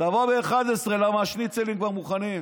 תבוא ב-11:00, למה השניצלים כבר מוכנים.